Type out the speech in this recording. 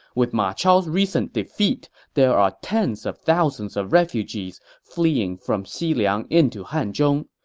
with ma chao's recent defeat, there are tens of thousands of refugees fleeing from xiliang into hanzhong.